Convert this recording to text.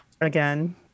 again